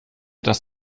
dass